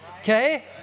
Okay